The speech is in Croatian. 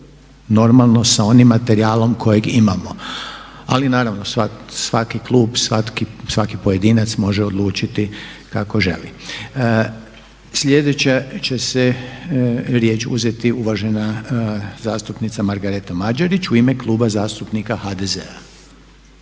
normalno sa onim materijalom kojeg imamo. Ali naravno svaki klub, svaki pojedinac može odlučiti kako želi. Sljedeća će se, riječ uzeti uvažena zastupnica Margareta Mađerić u ime Kluba zastupnika HDZ-a.